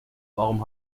warum